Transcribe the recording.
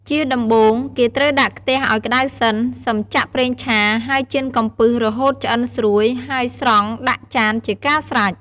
ជាដំបូង គេត្រូវដាក់ខ្ទះឱ្យក្តៅសិន សិមចាក់ប្រេងឆា ហើយចៀនកំពឹសរហូតឆ្អិនស្រួយ ហើយស្រង់ដាក់ចានជាការស្រេច។